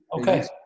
okay